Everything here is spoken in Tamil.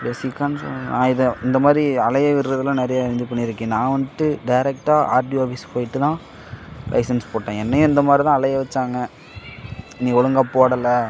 பேஸிக்கானு சொல் நான் இதை இந்த மாதிரி அலைய விடுறதெல்லாம் நிறையா இது பண்ணியிருக்கேன் நான் வந்துட்டு டேரெக்டாக ஆர்டிஓ ஆஃபீஸ் போய்விட்டு தான் லைசன்ஸ் போட்டேன் என்னையும் இந்த மாதிரி தான் அலைய வைச்சாங்க நீ ஒழுங்கா போடலை